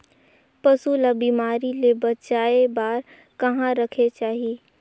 पशु ला बिमारी ले बचाय बार कहा रखे चाही?